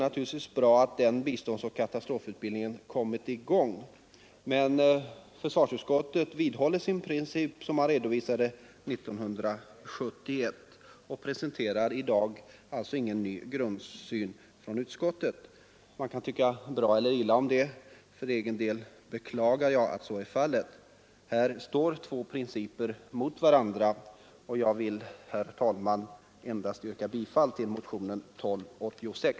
Naturligtvis är det bra att denna biståndsoch katastrofutbildning kommit i gång, men försvarsutskottet står fast vid den princip som man redovisade 1971 och presenterar i dag ingen ny grundsyn. Man kan tycka bra eller illa om detta, men för egen del beklagar jag utskottets ståndpunkt. Här står två principer mot varandra, och jag vill, herr talman, yrka bifall till motionen 1286.